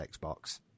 Xbox